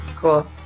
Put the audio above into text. Cool